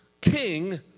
king